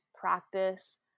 practice